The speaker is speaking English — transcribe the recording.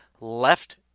left